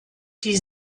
die